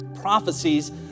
prophecies